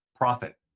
Profit